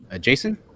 Jason